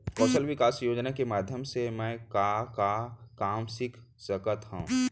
कौशल विकास योजना के माधयम से मैं का का काम सीख सकत हव?